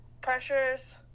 pressures